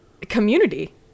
community